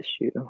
issue